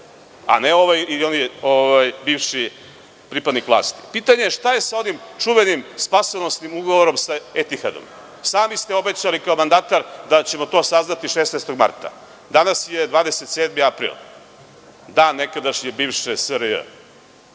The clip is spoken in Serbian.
a ne ovi ili oni bivši pripadnici vlasti. Pitanje je – šta je sa onim čuvenim spasonosnim ugovorom sa „Etihadom“? Sami ste obećali kao mandatar da ćemo to saznati 16. marta. Danas je 27. april, dan nekadašnje bivše SRJ.